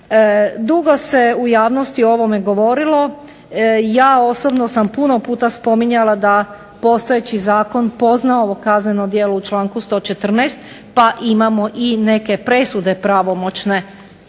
Dugo se u javnosti o ovome govorilo. Ja osobno sam puno puta spominjala da postojeći zakon pozna ovo kazneno djelo u članku 114. pa imamo i neke presude pravomoćne